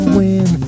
win